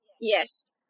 Yes